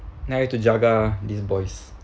I have to jaga these boys